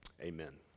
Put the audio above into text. Amen